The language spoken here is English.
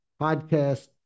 podcast